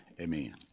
amen